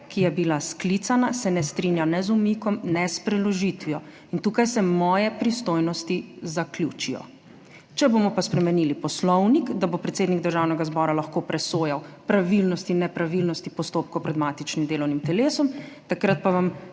ki je bila sklicana, se ne strinja ne z umikom, ne s preložitvijo. In tukaj se moje pristojnosti zaključijo. Če bomo pa spremenili Poslovnik, da bo predsednik Državnega zbora lahko presojal pravilnosti in nepravilnosti postopkov pred matičnim delovnim telesom, takrat pa vam